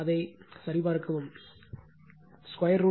அதை சரிபார்க்கவும் √5 2 31